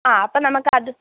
ആ അപ്പോൾ നമുക്ക് അത്